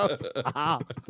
Stop